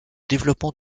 développement